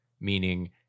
meaning